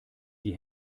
die